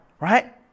right